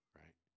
right